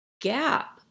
gap